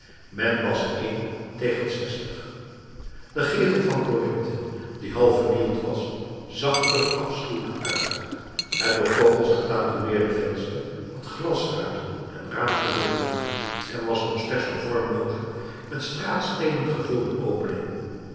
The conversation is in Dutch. men was één tegen zestig de gevel van corinthe die half vernield was zag er afschuwelijk uit het door kogels getatoueerde venster had glasruiten en raam verloren en was nog slechts een vormlooze met straatsteenen gevulde opening